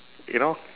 you know